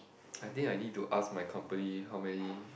I think I need to ask my company how many